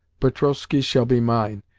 petrovskoe shall be mine,